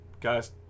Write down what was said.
guys